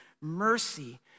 mercy